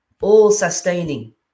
all-sustaining